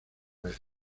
vez